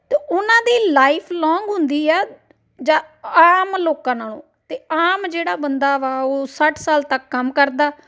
ਅਤੇ ਉਹਨਾਂ ਦੀ ਲਾਈਫ ਲੌਂਗ ਹੁੰਦੀ ਹੈ ਜਾਂ ਆਮ ਲੋਕਾਂ ਨਾਲੋਂ ਤਾਂ ਆਮ ਜਿਹੜਾ ਬੰਦਾ ਵਾ ਉਹ ਸੱਠ ਸਾਲ ਤੱਕ ਕੰਮ ਕਰਦਾ